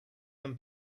some